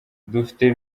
dufite